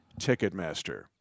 Ticketmaster